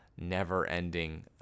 never-ending